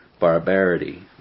barbarity